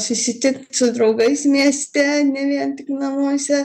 susitikt su draugais mieste ne vien tik namuose